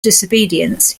disobedience